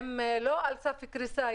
הם לא על סף קריסה.